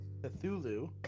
Cthulhu